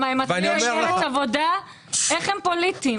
זה אינטרס פוליטי שלי?